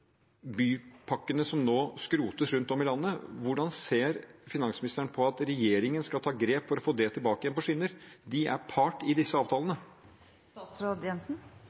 bypakkene som nå skrotes rundt om i landet: Hvordan ser finansministeren på at regjeringen skal ta grep for å få det tilbake på skinner? De er part i disse